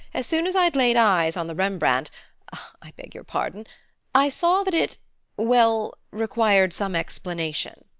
as soon as i'd laid eyes on the rembrandt i beg your pardon i saw that it well, required some explanation.